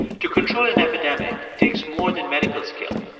to control an epidemic takes more than medical skill.